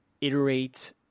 iterate